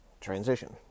transition